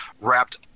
wrapped